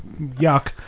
yuck